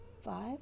Five